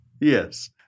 Yes